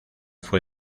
fue